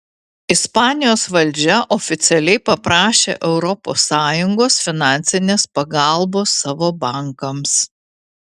ispanijos valdžia oficialiai paprašė europos sąjungos finansinės pagalbos savo bankams